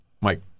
Mike